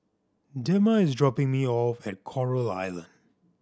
Dema is dropping me off at Coral Island